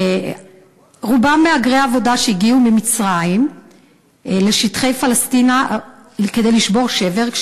רובם מהגרי עבודה שהגיעו ממצרים לשטחי פלשתינה כדי לשבור שבר,